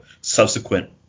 subsequent